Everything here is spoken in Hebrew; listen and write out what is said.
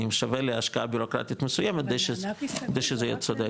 אני משווה להשקעה בירוקרטית מסוימת כדי שזה יהיה צודק.